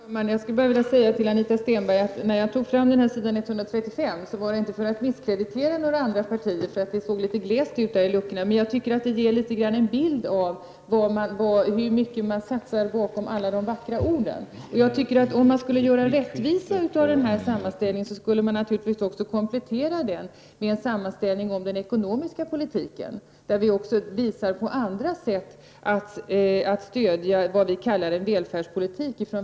Herr talman! Jag skulle bara vilja säga till Anita Stenberg att när jag hänvisade tills. 135, var det inte för att misskreditera några andra partier för att det såg litet glest ut. Men jag tycker att det ger en bild av hur mycket man satsar bakom alla de vackra orden. Om man vill göra rättvisa åt den här sammanställningen, borde man naturligtvis komplettera den med en sammanställning av den ekonomiska politiken, där vi också visar på andra sätt att stödja vad vi från vpk kallar en välfärdspolitik.